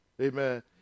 amen